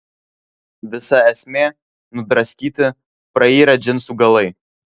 visa esmė nudraskyti prairę džinsų galai